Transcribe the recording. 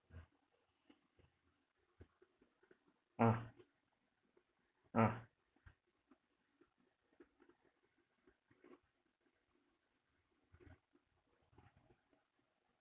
ah ah